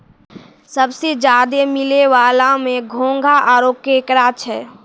सबसें ज्यादे मिलै वला में घोंघा आरो केकड़ा छै